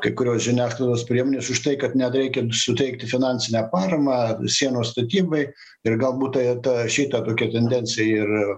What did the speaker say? kai kurios žiniasklaidos priemonės už tai kad net reikia suteikti finansinę paramą sienos statybai ir galbūt ta ta šita tokia tendencija ir